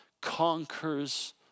conquers